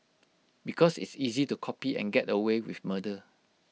because it's easy to copy and get away with murder